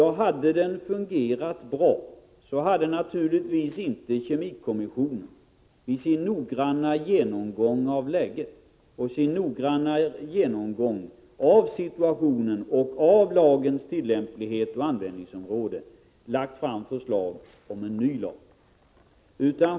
Men hade den fungerat bra, så hade naturligtvis inte kemikommissionen vid sin noggranna genomgång av situationen och av lagens tillämplighet och användningsområde lagt fram förslag om en ny lag.